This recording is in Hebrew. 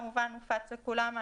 הנוסח כמובן הופץ לכולם.